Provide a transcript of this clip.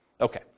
Okay